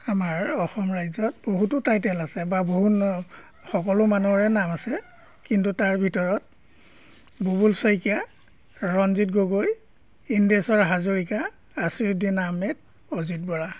আমাৰ অসম ৰাজ্যত বহুতো টাইটেল আছে বা বহু সকলো মানুহৰে নাম আছে কিন্তু তাৰ ভিতৰত বুবুল শইকীয়া ৰঞ্জিত গগৈ ইন্দ্ৰেশ্বৰ হাজৰিকা আছিৰুদ্দিন আহমেদ অজিত বৰা